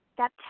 Step